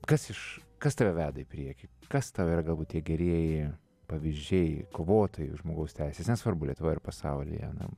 kas iš kas tave veda į priekį kas tau yra galbūt tie gerieji pavyzdžiai kovotojai už žmogaus teises nesvarbu lietuvoje ar pasaulyje nu